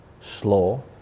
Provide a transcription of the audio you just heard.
slow